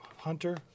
Hunter